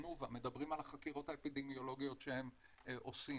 תנובה מדברים על החקירות האפידמיולוגיות שהם עושים.